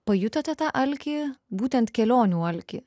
pajutote tą alkį būtent kelionių alkį